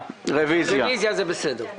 זה לא סודי.